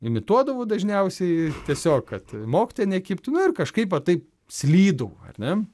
imituodavau dažniausiai tiesiog kad mokytoja nekibtų na ir kažkaip va taip slydau ar ne